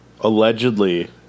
Allegedly